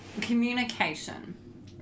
Communication